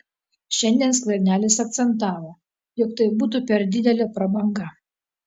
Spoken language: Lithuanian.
šiandien skvernelis akcentavo jog tai būtų per didelė prabanga